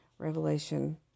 Revelation